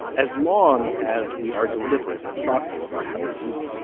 as long as we are deliberate and thoughtful about how we use